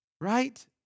Right